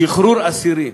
שחרור אסירים,